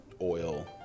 oil